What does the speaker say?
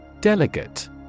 Delegate